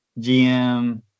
GM